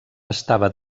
estava